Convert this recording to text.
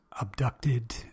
abducted